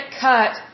cut